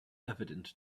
evident